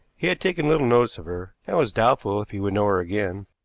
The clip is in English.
he had taken little notice of her, and was doubtful if he would know her again.